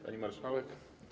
Pani Marszałek!